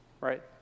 right